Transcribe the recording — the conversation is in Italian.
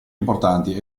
importanti